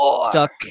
stuck